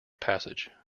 passage